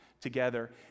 Together